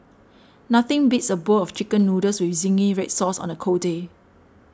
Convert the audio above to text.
nothing beats a bowl of Chicken Noodles with Zingy Red Sauce on a cold day